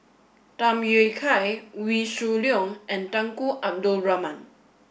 Tham Yui Kai Wee Shoo Leong and Tunku Abdul Rahman